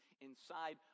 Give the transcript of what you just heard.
inside